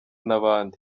n’abandi